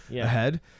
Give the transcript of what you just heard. ahead